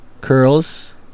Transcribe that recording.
Curls